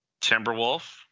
Timberwolf